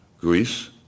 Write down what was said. Greece